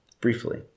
briefly